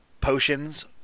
Potions